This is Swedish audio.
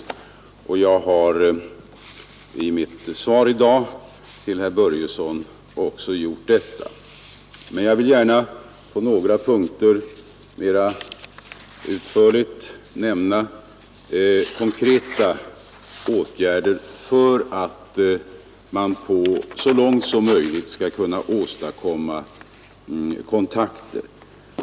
Jag har också gjort detta i mitt svar i dag till herr Börjesson i Falköping, men jag vill gärna på några punkter mera utförligt nämna konkreta åtgärder för att i största möjliga utsträckning kunna etablera kontakter.